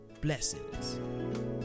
Blessings